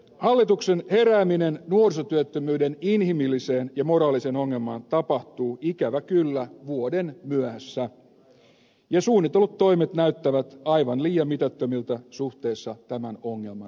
hallituksen herääminen nuorisotyöttömyyden inhimilliseen ja moraaliseen ongelmaan tapahtuu ikävä kyllä vuoden myöhässä ja suunnitellut toimet näyttävät aivan liian mitättömiltä suhteessa tämän ongelman vakavuuteen